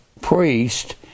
priest